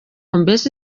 mbese